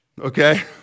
Okay